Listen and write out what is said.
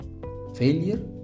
Failure